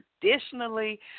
traditionally